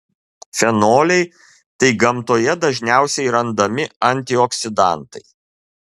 fenoliai tai gamtoje dažniausiai randami antioksidantai